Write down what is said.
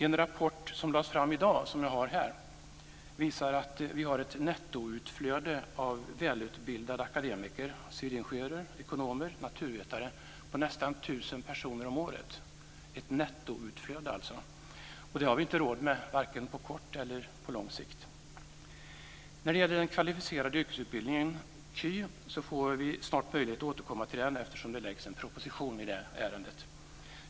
En rapport som lades fram i dag, som jag har här, visar att vi har ett nettoutflöde av välutbildade akademiker, civilingenjörer, ekonomer och naturvetare, på nästan 1 000 personer om året. Det är alltså ett nettoutflöde. Det har vi inte råd med, varken på kort eller lång sikt. Vi får snart möjlighet att återkomma till den kvalificerade yrkesutbildningen, KY, eftersom det läggs fram en proposition i det ärendet.